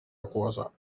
aquosa